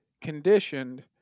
conditioned